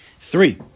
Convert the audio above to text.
Three